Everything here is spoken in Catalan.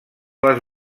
les